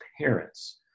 parents